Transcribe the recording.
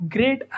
Great